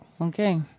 Okay